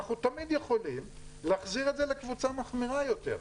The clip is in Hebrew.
אנחנו תמיד יכולים להחזיר את זה לקבוצה מחמירה יותר.